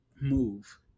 Move